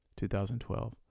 2012